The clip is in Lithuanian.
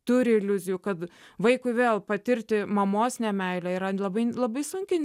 turi iliuzijų kad vaikui vėl patirti mamos nemeilę yra labai labai sunki ne